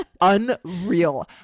unreal